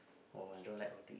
oh I don't like audit